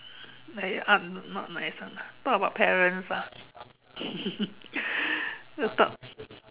like up not not my son ah talk about parents ah